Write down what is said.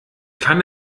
kann